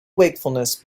wakefulness